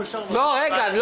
אני מבקש להוריד את הסכום.